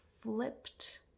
flipped